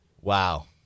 Wow